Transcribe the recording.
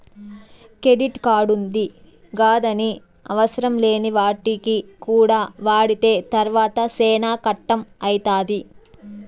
credit కార్డుంది గదాని అవసరంలేని వాటికి కూడా వాడితే తర్వాత సేనా కట్టం అయితాది